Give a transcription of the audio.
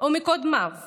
ומקודמיו